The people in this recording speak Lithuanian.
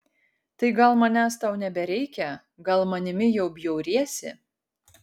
tai gal manęs tau nebereikia gal manimi jau bjauriesi